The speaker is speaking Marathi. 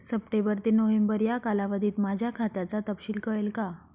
सप्टेंबर ते नोव्हेंबर या कालावधीतील माझ्या खात्याचा तपशील कळेल का?